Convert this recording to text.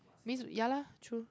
means ya lah true